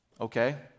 okay